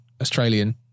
Australian